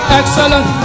excellent